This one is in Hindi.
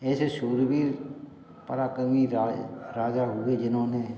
ऐसे शूरवीर पराकर्मी राज राजा हुए जिन्होंने